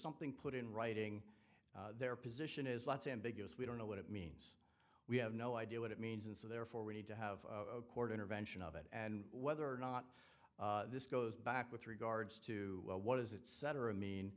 something put in writing their position is lots ambiguous we don't know what it means we have no idea what it means and so therefore we need to have a court intervention of it and whether or not this goes back with regards to what does it cetera mean